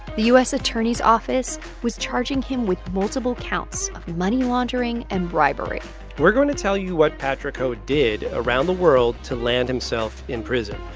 the u s. attorney's office was charging him with multiple counts of money laundering and bribery we're going to tell you what patrick ho did around the world to land himself in prison.